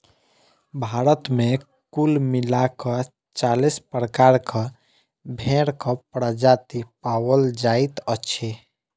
भारत मे कुल मिला क चालीस प्रकारक भेंड़क प्रजाति पाओल जाइत अछि